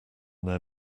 their